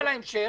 להמשך?